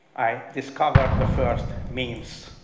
i discovered the first memes.